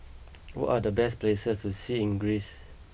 what are the best places to see in Greece